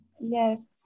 Yes